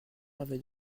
avait